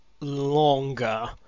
longer